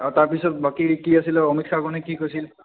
আৰু তাৰপিছত বাকী কি আছিলে অমৃতসাগৰ নে কি কৈছিল